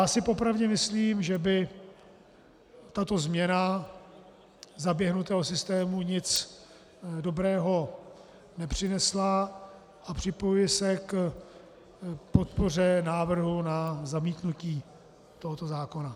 Po pravdě si myslím, že by tato změna zaběhnutého systému nic dobrého nepřinesla, a připojuji se k podpoře návrhu na zamítnutí tohoto zákona.